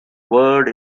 word